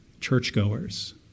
churchgoers